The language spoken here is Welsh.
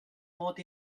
mod